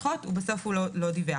ובסוף הוא לא דיווח.